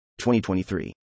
2023